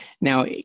now